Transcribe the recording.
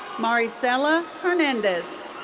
maricela hernandez.